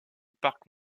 parc